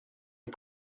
est